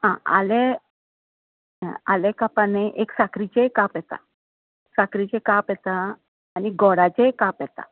आं आलें आलेंकापां न्हय एक साखरीचेंय काप येता साखरीचें काप येता आनी गोडाचेय काप येता